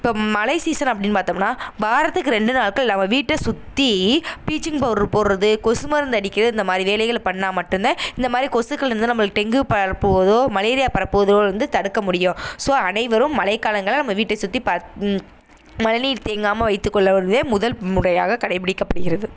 இப்போ மழை சீசன் அப்படினு பார்த்தோம்னா வாரத்துக்கு ரெண்டு நாட்கள் நம்ம வீட்டை சுற்றி பிளீச்சிங் பவுட்ரு போடுவது கொசு மருந்து அடிக்கிறது இந்த மாதிரி வேலைகளை பண்ணிணா மட்டும் தான் இந்த மாதிரி கொசுக்களில் இருந்து நம்ம டெங்கு பரப்புவதோ மலேரியா பரப்புவதோ வந்து தடுக்க முடியும் ஸோ அனைவரும் மழைக்காலங்களில் நம்ம வீட்டை சுற்றி பாத் மழைநீர் தேங்காமல் வைத்துக்கொள்வதே முதல் முறையாக கடைப்பிடிக்கப்படுகிறது